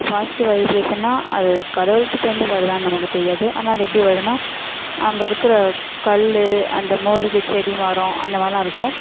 positive வைப்ரேஷன்னால் அது கடவுள்கிட்டேருந்து வருதான்னு நமக்கு தெரியாது ஆனால் அது எப்படி வருதுனால் அங்கே இருக்கிற கல் அந்த மூலிகை செடி மரம் அந்த மாதிரிலாம் இருக்கும்